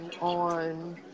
on